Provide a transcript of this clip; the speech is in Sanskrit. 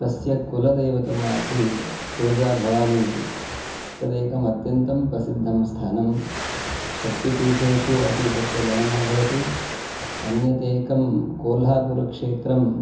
तस्य कुलदैवतम् आसीत् तुलजाभवानी इति तदेकम् अत्यन्तं प्रसिद्धं स्थानं शक्तिपीठेषु अपि तस्य गणना भवति अन्यदेकं कोल्हापुरक्षेत्रं